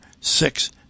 six